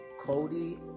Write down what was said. Cody